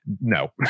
No